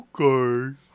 okay